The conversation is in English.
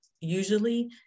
Usually